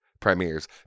premieres